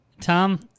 Tom